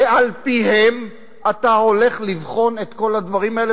ועל-פיהם אתה הולך לבחון את כל הדברים האלה